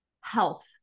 health